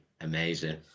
amazing